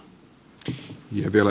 arvoisa puhemies